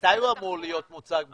מתי הוא אמור להיות מוצג בקבינט,